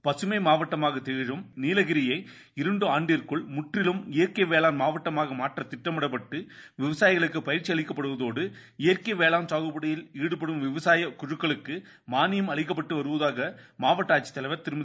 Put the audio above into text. பசுமை மாவட்டமாக திகழும் நீலகிரியை இரண்டு ஆண்டிற்குள் முற்றிலும் இயற்கை வேளாண் மாவட்டமாக மாற்ற திட்டமிடப்பட்டு விவசாயிகளுக்கு பயிற்சி அளிக்கப்படுவதோடு இயற்கை வேளாண் சாகுபடியில் ஈடுபடும் விவசாயிகளுக்கு மாளியம் அளிக்கப்பட்டு வருவதாக மாவட்ட ஆட்சித்தலைவர் திருமதி